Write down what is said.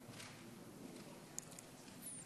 עמיתי חברי הכנסת,